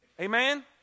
Amen